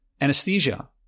Anesthesia